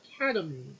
Academy